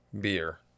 beer